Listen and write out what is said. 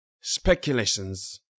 speculations